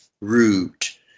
root